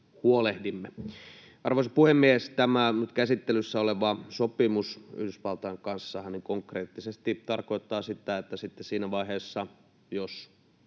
Arvoisa puhemies! Tämä nyt käsittelyssä oleva sopimus Yhdysvaltain kanssahan konkreettisesti tarkoittaa sitä, että sitten siinä vaiheessa, jos